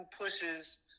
pushes